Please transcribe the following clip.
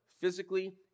physically